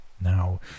Now